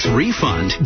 refund